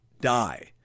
die